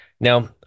Now